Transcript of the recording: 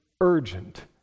urgent